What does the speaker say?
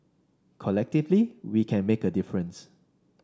collectively we can make a difference